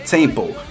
Temple